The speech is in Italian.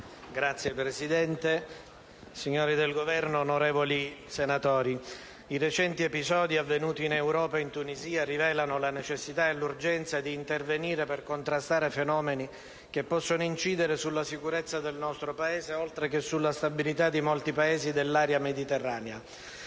Signora Presidente, signori del Governo, onorevoli senatori, i recenti episodi avvenuti in Europa ed in Tunisia rivelano la necessità e l'urgenza di intervenire per contrastare fenomeni che possono incidere sulla sicurezza del nostro Paese, oltre che sulla stabilità di molti Paesi dell'area mediterranea.